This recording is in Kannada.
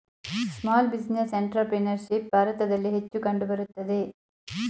ಸ್ಮಾಲ್ ಬಿಸಿನೆಸ್ ಅಂಟ್ರಪ್ರಿನರ್ಶಿಪ್ ಭಾರತದಲ್ಲಿ ಹೆಚ್ಚು ಕಂಡುಬರುತ್ತದೆ